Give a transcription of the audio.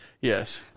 Yes